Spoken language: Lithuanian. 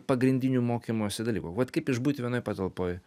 pagrindiniu mokymosi dalyku vat kaip išbūti vienoj patalpoj